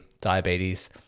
diabetes